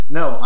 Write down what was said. no